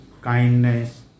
kindness